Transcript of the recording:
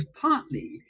partly